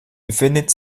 befindet